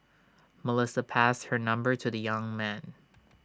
Melissa passed her number to the young man